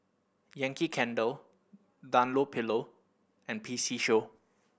Yankee Candle Dunlopillo and P C Show